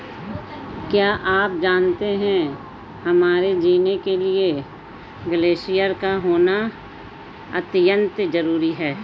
क्या आप जानते है हमारे जीने के लिए ग्लेश्यिर का होना अत्यंत ज़रूरी है?